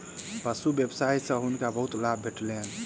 पशु व्यवसाय सॅ हुनका बहुत लाभ भेटलैन